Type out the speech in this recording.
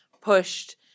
pushed